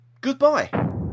goodbye